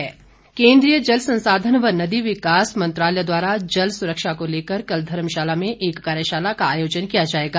कार्यशाला केन्द्रीय जल संसाधन व नदी विकास मंत्रालय द्वारा जल सुरक्षा को लेकर कल धर्मशाला में एक कार्यशाला का आयोजन किया जाएगा